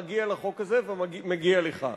מגיע לחוק הזה ומגיע לך.